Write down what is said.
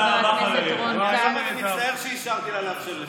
מה גורם לכם לשמור עכשיו על האפשרות הזו?